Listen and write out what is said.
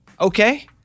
Okay